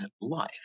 life